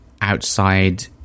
outside